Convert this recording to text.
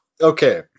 okay